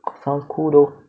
how cool though